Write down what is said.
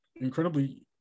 incredibly